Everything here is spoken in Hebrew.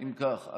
אם כך,